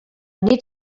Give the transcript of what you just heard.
nit